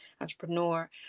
entrepreneur